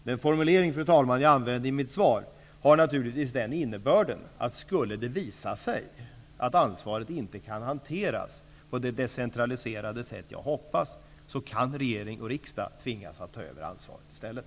Den formulering jag använde i mitt svar, fru talman, har naturligvis den innebörden att om det skulle visa sig att ansvaret inte kan hanteras på det decentraliserade sätt jag hoppas, så kan regering och riksdag tvingas ta över ansvaret i stället.